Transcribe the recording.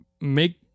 make